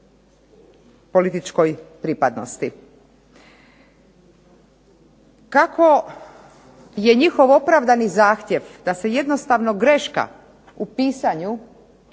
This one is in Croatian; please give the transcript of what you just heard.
političkoj pripadnosti. Kako je njihov opravdani zahtjev da se jednostavno greška u pisanju